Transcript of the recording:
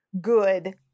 good